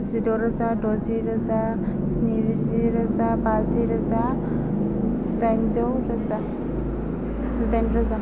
जिद' रोजा द'जि रोजा स्निजि रोजा बाजि रोजा दाइनजौ रोजा जिदाइन रोजा